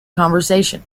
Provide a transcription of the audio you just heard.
conversation